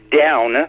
down